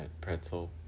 pretzel